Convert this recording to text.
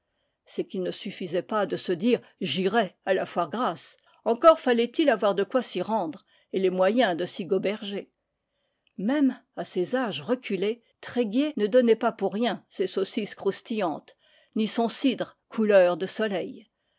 c'est qu'il ne suffisait pas de se dire j'irai à la foire grasse encore fallait-il avoir de quoi s'y rendre et les moyens de s'y goberger même à ces âges reculés tréguier ne donnait pas pour rien ses saucisses croustillantes ni son cidre couleur de soleil